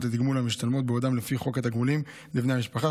לתגמול המשתלמות בעדם לפי חוק התגמולים לבני משפחה,